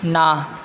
না